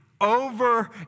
over